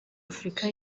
afrika